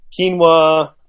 quinoa